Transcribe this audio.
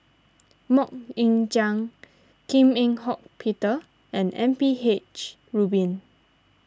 Mok Ying Jang Kim Eng Hock Peter and M P H Rubin